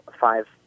five